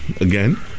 again